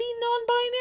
non-binary